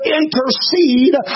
intercede